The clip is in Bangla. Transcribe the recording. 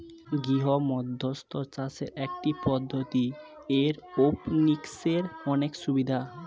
গৃহমধ্যস্থ চাষের একটি পদ্ধতি, এরওপনিক্সের অনেক সুবিধা